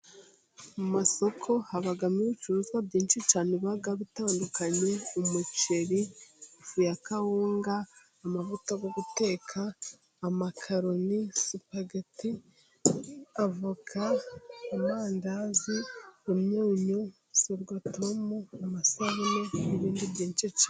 Mu masoko habamo ibicuruzwa byinshi cyane biba bitandukanye:kumuceri, ifu ya kawunga, amavuta guteka amakaroni ,supageti, avoka ,amandazi, imyunyu, sorwatomu ,amasabune n'ibindi byinshi cyane.